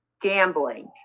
gambling